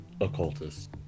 occultist